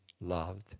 loved